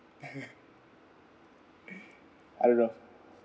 I don't know